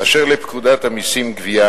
אשר לפקודת המסים (גבייה),